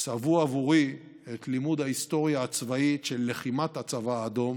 צבעו עבורי את לימוד ההיסטוריה הצבאית של לחימת הצבא האדום